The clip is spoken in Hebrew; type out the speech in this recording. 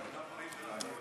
אתה מורי ורבי.